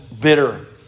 bitter